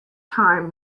time